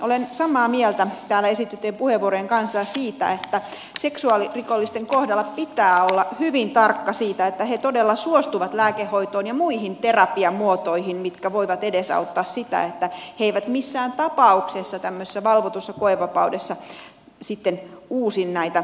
olen samaa mieltä täällä esitettyjen puheenvuorojen kanssa siitä että seksuaalirikollisten kohdalla pitää olla hyvin tarkka siitä että he todella suostuvat lääkehoitoon ja muihin terapiamuotoihin mitkä voivat edesauttaa sitä että he eivät missään tapauksessa tämmöisessä valvotussa koevapaudessa sitten uusi näitä rikoksiaan